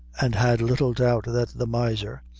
and had little doubt that the miser,